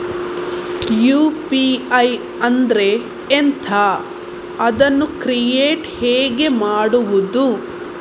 UPI ಅಂದ್ರೆ ಎಂಥ? ಅದನ್ನು ಕ್ರಿಯೇಟ್ ಹೇಗೆ ಮಾಡುವುದು?